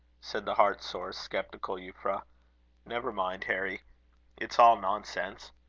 said the heart-sore, sceptical euphra never mind, harry it's all nonsense.